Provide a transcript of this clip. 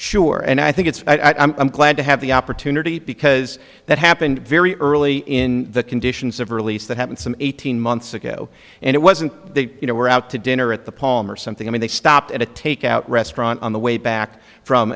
sure and i think it's i'm glad to the opportunity because that happened very early in the conditions of release that happened some eighteen months ago and it wasn't they you know were out to dinner at the palm or something i mean they stopped at a takeout restaurant on the way back from